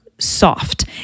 soft